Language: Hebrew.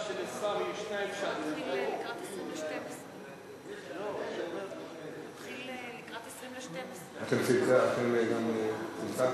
בוא נתחיל לקראת 23:40. אתם צלצלתם בפעמונים?